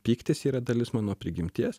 pyktis yra dalis mano prigimties